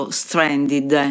stranded